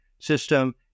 system